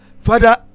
father